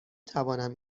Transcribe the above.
توانم